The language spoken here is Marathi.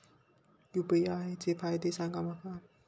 यू.पी.आय चे फायदे सांगा माका?